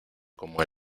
como